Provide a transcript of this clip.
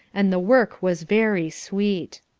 and the work was very sweet.